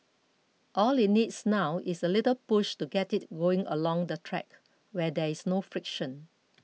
all it needs now is a little push to get it going along the track where there is no friction